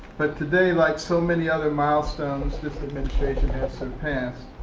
but today, like so many other milestones this administration has surpassed,